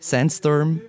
Sandstorm